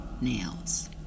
nails